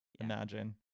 imagine